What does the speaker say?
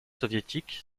soviétique